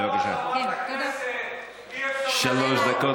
כמו שאמרה חברת הכנסת,